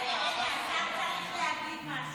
רגע, רגע, השר צריך להגיד משהו.